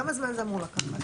כמה זמן זה אמור לקחת?